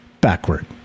backward